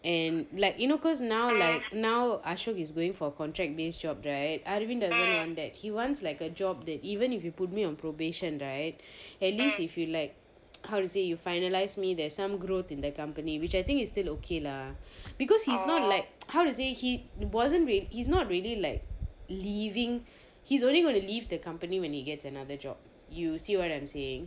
and like you know cause now like now ashook is going for contract based job right arwin doesn't want that he wants like a job that even if you put me on probation right at least if you like how to say you finalise me there's some growth in their company which I think is still okay lah because he's not like how to say he wasn't really he's not really like leaving he's only gonna to leave the company when he gets another job you see what I'm saying